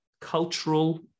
cultural